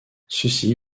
ceci